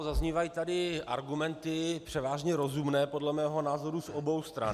Zaznívají tady argumenty převážně rozumné podle mého názoru z obou stran.